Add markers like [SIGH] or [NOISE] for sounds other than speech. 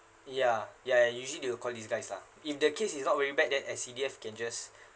ya ya usually they will call these guys lah if the case is not very bad then S_C_D_F can just [BREATH]